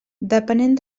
depenent